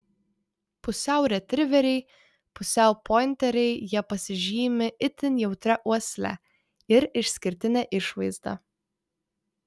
pusiau retriveriai pusiau pointeriai jie pasižymi itin jautria uosle ir išskirtine išvaizda